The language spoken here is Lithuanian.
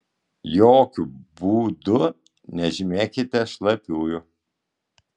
jokiu būdu nežymėkite šlapiųjų